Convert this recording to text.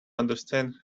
understand